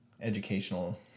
educational